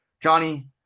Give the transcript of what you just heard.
Johnny